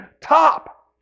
top